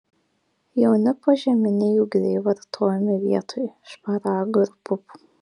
jauni požeminiai ūgliai vartojami vietoj šparagų ir pupų